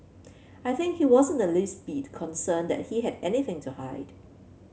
I think he wasn't the least bit concerned that he had anything to hide